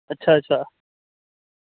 अच्छा अच्छा